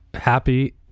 happy